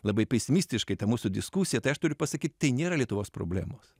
labai pesimistiškai ta mūsų diskusija tai aš turiu pasakyt tai nėra lietuvos problemos